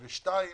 ושתיים,